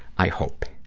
i hope.